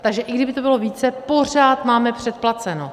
Takže i kdyby to bylo více, pořád máme předplaceno.